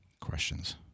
questions